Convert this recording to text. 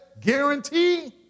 Guarantee